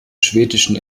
schwedischen